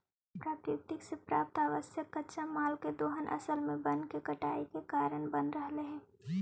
प्रकृति से प्राप्त आवश्यक कच्चा माल के दोहन असल में वन के कटाई के कारण बन रहले हई